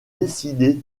décidé